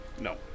No